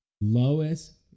Lois